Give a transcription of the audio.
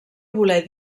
voler